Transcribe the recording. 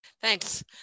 Thanks